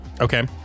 Okay